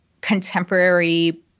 contemporary